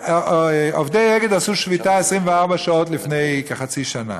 עובדי אגד עשו שביתה 24 שעות לפני כחצי שנה.